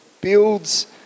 builds